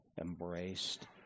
embraced